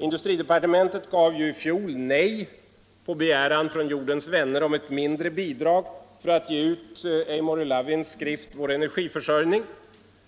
Industridepartementet sade ju i fjol nej till en begäran från Jordens vänner om ett mindre bidrag för att ge ut Amory Lovins skrift Vår energiförsörjning,